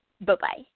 Bye-bye